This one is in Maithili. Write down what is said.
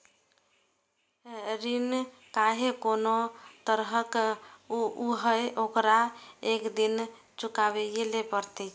ऋण खाहे कोनो तरहक हुअय, ओकरा एक दिन चुकाबैये पड़ै छै